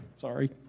sorry